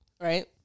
right